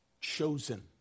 chosen